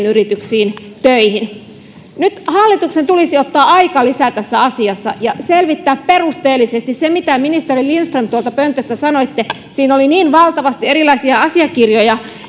yrityksiin töihin nyt hallituksen tulisi ottaa aikalisä tässä asiassa ja selvittää perusteellisesti siinä mitä ministeri lindström tuolta pöntöstä sanoitte oli niin valtavasti erilaisia asiakirjoja